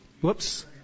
whoops